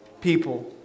people